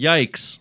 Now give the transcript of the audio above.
Yikes